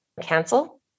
cancel